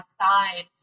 outside